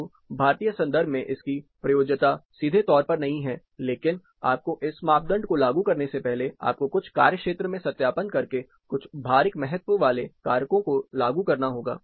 तो भारतीय संदर्भ में इसकी प्रयोज्यता सीधे तौर पर नहीं है लेकिन आपको इस मापदंड को लागू करने से पहले आपको कुछ कार्यक्षेत्र में सत्यापन करके कुछ भारिक महत्व वाले कारकों को लागू करना होगा